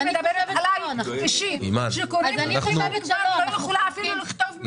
אני מדברת עליי אישית --- לא יכולה אפילו לכתוב מילה,